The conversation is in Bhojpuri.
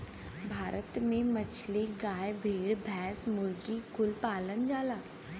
भारत में मछली, गाय, भेड़, भैंस, मुर्गी कुल पालल जाला